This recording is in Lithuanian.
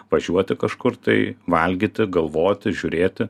važiuoti kažkur tai valgyti galvoti žiūrėti